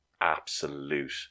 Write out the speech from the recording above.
absolute